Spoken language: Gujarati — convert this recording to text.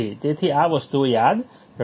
તેથી આ વસ્તુઓ યાદ રાખો